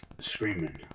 screaming